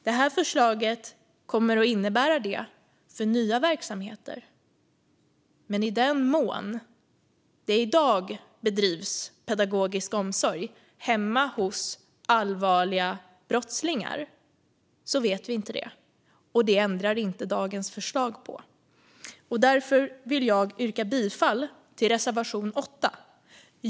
Det här förslaget kommer att innebära det för nya verksamheter, men i den mån det i dag bedrivs pedagogisk omsorg hemma hos någon som dömts för allvarliga brott vet vi inte det. Det ändrar inte dagens förslag på. Därför vill jag yrka bifall till reservation 8.